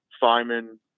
simon